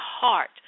heart